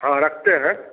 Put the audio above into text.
हाँ रखते हैं